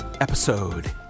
episode